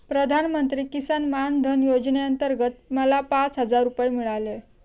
प्रधानमंत्री किसान मान धन योजनेअंतर्गत मला पाच हजार रुपये मिळाले